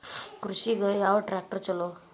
ಕೃಷಿಗ ಯಾವ ಟ್ರ್ಯಾಕ್ಟರ್ ಛಲೋ?